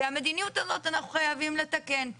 ואנחנו חייבים לתקן את המדיניות הזאת.